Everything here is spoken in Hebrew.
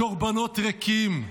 הקרבנות ריקים,